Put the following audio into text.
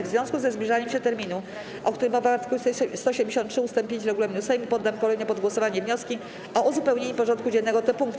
W związku ze zbliżaniem się terminu, o którym mowa w art. 173 ust. 5 regulaminu Sejmu, poddam kolejno pod głosowanie wnioski o uzupełnienie porządku dziennego o te punkty.